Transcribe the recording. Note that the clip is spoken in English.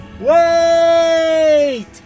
Wait